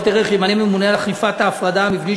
ערך ימנה ממונה על אכיפת ההפרדה המבנית,